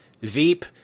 Veep